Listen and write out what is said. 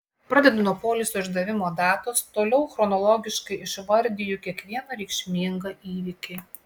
pradedu nuo poliso išdavimo datos toliau chronologiškai išvardiju kiekvieną reikšmingą įvykį